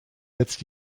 jetzt